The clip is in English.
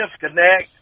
disconnect